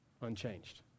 unchanged